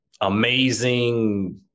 amazing